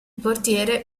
portiere